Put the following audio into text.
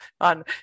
on